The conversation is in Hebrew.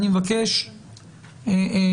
אני מבקש שהממשלה